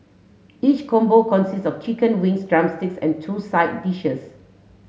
each combo consists of chicken wings drumsticks and two side dishes